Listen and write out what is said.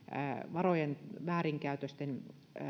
varojen väärinkäytösten